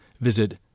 visit